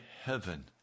heaven